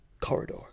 corridor